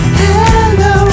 hello